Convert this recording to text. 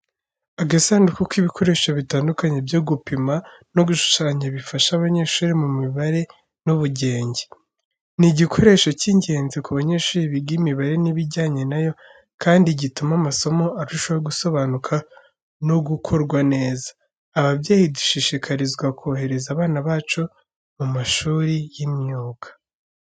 Agasandu k’ibikoresho bitandukanye byo gupima no gushushanya bifasha abanyeshuri mu mibare n’ubugenge. Ni igikoresho cy'ingenzi ku banyeshuri biga imibare n'ibijyanye na yo, kandi gituma amasomo arushaho gusobanuka no gukorwa neza. Ababyeyi dushishikarizwa kohereza abana bacu mu mashuri y'imyuga.